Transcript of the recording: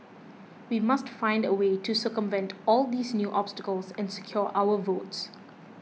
we must find a way to circumvent all these new obstacles and secure our votes